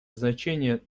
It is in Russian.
значение